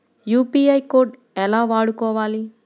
UPI code ఎలా వాడుకోవాలి?